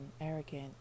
arrogant